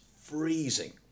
freezing